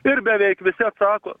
ir beveik visi atako